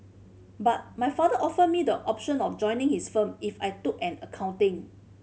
but my father offered me the option of joining his firm if I took an accounting